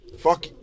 Fuck